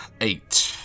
eight